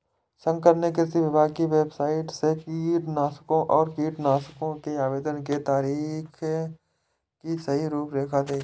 शंकर ने कृषि विभाग की वेबसाइट से कीटनाशकों और कीटनाशकों के आवेदन के तरीके की सही रूपरेखा देखी